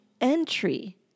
entry